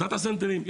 לדאטה סנטרים.